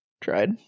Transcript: tried